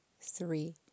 three